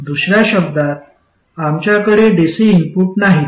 दुसऱ्या शब्दांत आमच्याकडे डीसी इनपुट नाहीत